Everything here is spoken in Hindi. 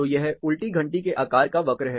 तो यह उल्टी घंटी के आकार का वक्र है